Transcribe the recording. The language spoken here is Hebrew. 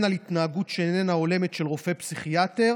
על התנהגות שאיננה הולמת של רופא פסיכיאטר,